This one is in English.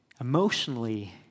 emotionally